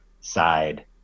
side